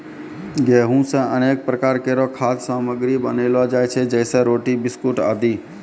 गेंहू सें अनेक प्रकार केरो खाद्य सामग्री बनैलो जाय छै जैसें रोटी, बिस्कुट आदि